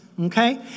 Okay